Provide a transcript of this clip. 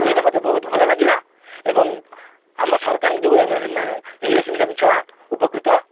ଏଇଟା ମତେ ବହୁତ ଭଲ ଲାଗିଲା ଏବଂ ଆମ ସରକାରଙ୍କୁ ଇଂଲିଶ ମିଡ଼ିୟମ୍ ଛୁଆ ଉପକୃତ